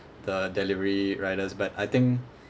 the delivery riders but I think